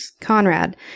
Conrad